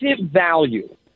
value